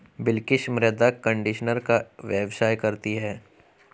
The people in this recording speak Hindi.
बिलकिश मृदा कंडीशनर का व्यवसाय करती है